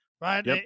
Right